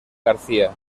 garcía